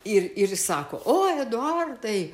ir ir sako o eduardai